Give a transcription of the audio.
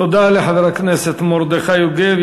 תודה לחבר הכנסת מרדכי יוגב.